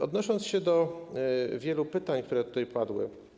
Odniosę się do wielu pytań, które tutaj padły.